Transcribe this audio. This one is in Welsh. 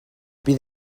bydd